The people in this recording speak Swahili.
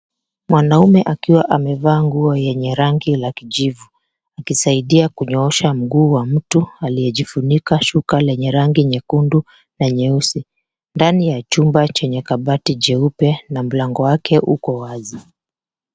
Mwanaume akiwa amevaa nguo yenye rangi la kijivu akisaidia kunyoosha mguu wa mtu aliyejifunika shuka lenye rangi nyekundu na nyeusi. Ndani ya chumba chenye kabati jeupe na mlango wake uko wazi.